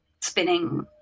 spinning